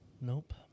Nope